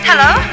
Hello